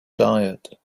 diet